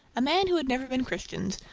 a man who had never been christened,